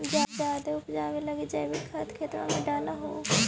जायदे उपजाबे लगी जैवीक खाद खेतबा मे डाल हो?